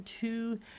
two